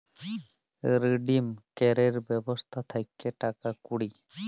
redeem ক্যরের ব্যবস্থা থাক্যে টাকা কুড়ি